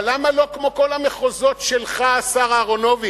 אבל למה לא כמו כל המחוזות שלך, השר אהרונוביץ?